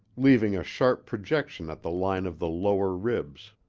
leaving a sharp projection at the line of the lower ribs.